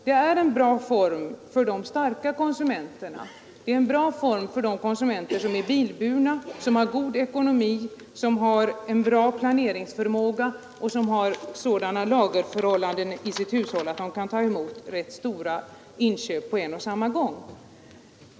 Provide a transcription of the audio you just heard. Det är en bra form för de starka konsumenterna, en bra form för de konsumenter som är bilburna, som har god ekonomi, som har en bra planeringsförmåga och som har sådana lagerförhållanden i sitt hushåll att de kan ta emot rätt stora inköp på en och samma gång.